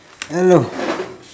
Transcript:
hello